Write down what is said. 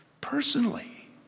personally